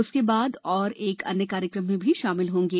उसके बाद और एक अन्य कार्यक्रम में शामिल होंगे